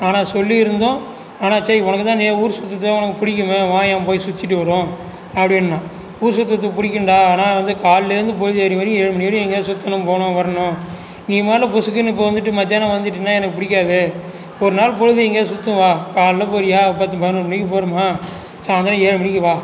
ஆனால் சொல்லியிருந்தோம் ஆனால் சரி உனக்கு தான் நீ ஊர் சுற்றுறதுனா உனக்கு பிடிக்குமே வாயேன் போய் சுற்றிட்டு வருவோம் அப்படின்னான் ஊர் சுற்றுறது பிடிக்கும்டா ஆனால் வந்து காலைலேந்து பொழுது எழுந்திரிக்கிற வரையும் ஏழு மணி வரையும் எங்கேயாவது சுற்றணும் போகணும் வரணும் நீ முதல்ல பொசுக்குன்னு இப்போ வந்துட்டு மதியானம் வந்துட்டினா எனக்கு பிடிக்காது ஒரு நாள் பொழுது எங்கேயாவது சுற்றும் வா காலைல போகிறியா பத்து பதினோரு மணிக்கு போகிறோமா சாய்ந்திரம் ஏழு மணிக்கு வா